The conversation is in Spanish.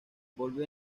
volvió